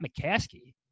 McCaskey